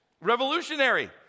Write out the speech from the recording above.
Revolutionary